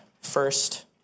first